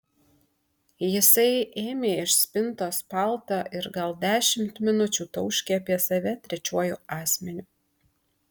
jisai ėmė iš spintos paltą ir gal dešimt minučių tauškė apie save trečiuoju asmeniu